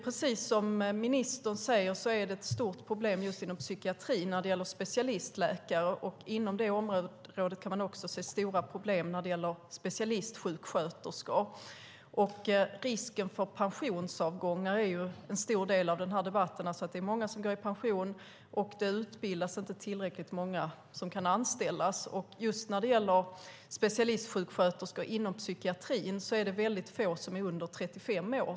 Precis som ministern säger finns det ett stort problem inom psykiatrin när det gäller specialistläkare. Inom det området kan man också se stora problem när det gäller specialistsjuksköterskor. En stor del av den här debatten handlar om risken för pensionsavgångar. Det är många som går i pension, och det utbildas inte tillräckligt många som kan anställas. Det är väldigt få specialistsjuksköterskor inom psykiatrin som är under 35 år.